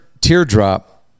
teardrop